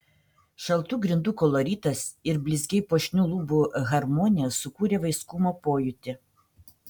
šaltų grindų koloritas ir blizgiai puošnių lubų harmonija sukūrė vaiskumo pojūtį